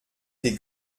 des